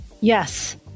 Yes